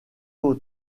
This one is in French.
aux